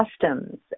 customs